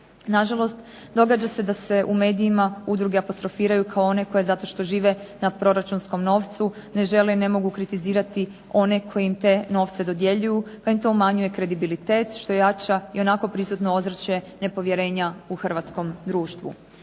Nažalost događa se da se u medijima udruge apostrofiraju kao one koje zato što žive na proračunskom novcu ne žele i ne mogu kritizirati one koji im te novce dodjeljuju pa im to umanjuje kredibilitet što jača ionako prisutno ozračje nepovjerenja u hrvatskom društvu.